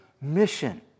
mission